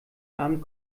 abend